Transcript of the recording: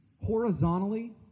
Horizontally